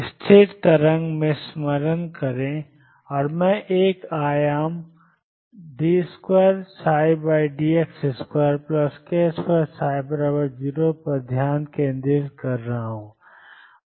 स्थिर तरंग से स्मरण करो और मैं एक आयाम d2dx2k2ψ0 पर ध्यान केंद्रित कर रहा हूं